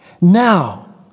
now